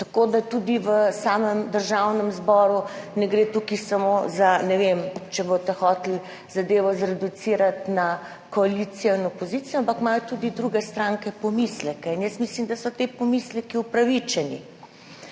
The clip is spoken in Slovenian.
tako da tudi v samem Državnem zboru ne gre samo za, ne vem, če boste hoteli zadevo zreducirati na koalicijo in opozicijo, ampak imajo tudi druge stranke pomisleke in jaz mislim, da so ti pomisleki upravičeni.